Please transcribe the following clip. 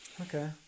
Okay